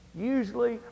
usually